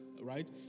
right